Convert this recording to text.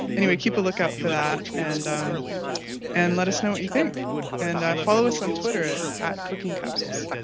anyway, keep a lookout for that and um and let us know what you think and follow us on twitter at at cooking capsules,